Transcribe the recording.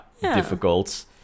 difficult